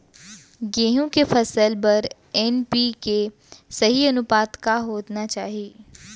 गेहूँ के फसल बर एन.पी.के के सही अनुपात का होना चाही?